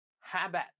Habit